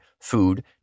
food